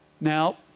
Now